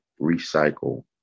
recycle